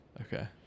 Okay